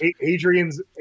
Adrian's